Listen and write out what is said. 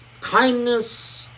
kindness